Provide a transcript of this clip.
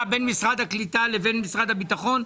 בין משרד הקליטה לבין משרד הביטחון.